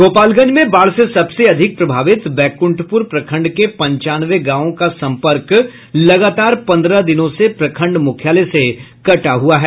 गोपालगंज में बाढ़ से सबसे अधिक प्रभावित बैकुंठपुर प्रखंड के पंचानवे गांवों का संपर्क लगातार पंद्रह दिनों से प्रखंड मुख्यालय से कटा हुआ है